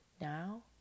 now